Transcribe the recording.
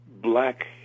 black